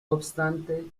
obstante